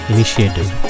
Initiative